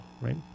right